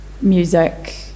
music